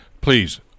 Please